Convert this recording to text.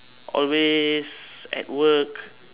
always at work